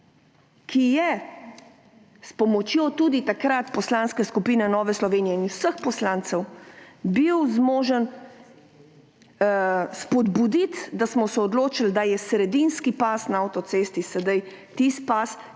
ki je bil tudi takrat s pomočjo Poslanske skupine Nova Slovenija in vseh poslancev zmožen spodbuditi, da smo se odločili, da je sredinski pas na avtocesti sedaj tisti pas,